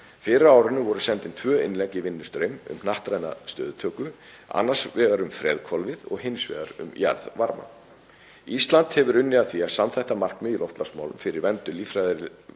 Fyrr á árinu voru send inn tvö innlegg í vinnustraum um hnattræna stöðutöku, annars vegar um freðhvolfið og hins vegar um jarðvarma. Ísland hefur unnið að því að samþætta markmið í loftslagsmálum um verndun líffræðilegrar